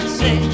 say